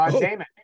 Damon